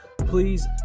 Please